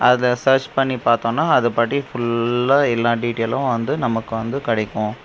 அதை சர்ச் பண்ணி பார்த்தோம்னா அது படி ஃபுல்லாக எல்லா டீடெயிலும் வந்து நமக்கு வந்து கிடைக்கும்